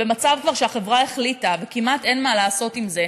במצב שהחברה כבר החליטה וכמעט אין מה לעשות עם זה,